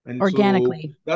Organically